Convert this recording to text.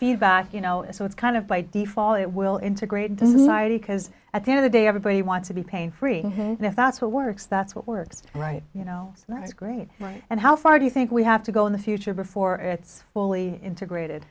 feedback you know it's kind of by default it will integrate at the end of the day everybody wants to be pain free and if that's what works that's what works right you know that's great and how far do you think we have to go in the future before it's fully integrated